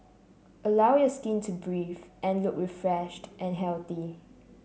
allow your skin to breathe and look refreshed and healthy